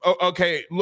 okay